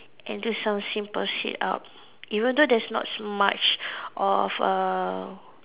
and do some simple sit up even though there's not so much of uh